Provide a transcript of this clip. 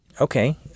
Okay